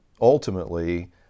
ultimately